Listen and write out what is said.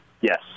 yes